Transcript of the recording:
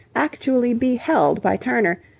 actually beheld by turner,